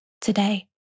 today